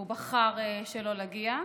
והוא בחר שלא להגיע,